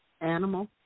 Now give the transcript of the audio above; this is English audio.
animal